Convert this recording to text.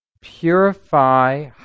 purify